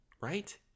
Right